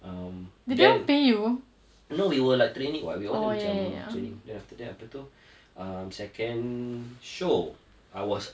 um then no we were like training [what] we wanted macam training then after that apa tu um second show I was